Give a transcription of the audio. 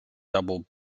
double